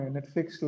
Netflix